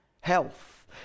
health